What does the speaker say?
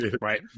right